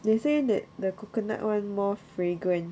they say that the coconut [one] more fragrant